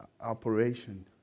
operation